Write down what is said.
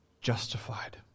justified